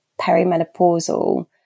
perimenopausal